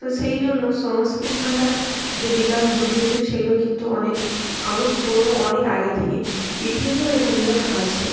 তো সেই জন্য সংস্কৃত ভাষার যে বিকাশ ঘটিয়েছিলো সেইগুলো কিন্তু অনেক অনেক পুরোনো অনেক আগে থেকে ইতিহাসেও এর উল্লেখ আছে